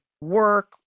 work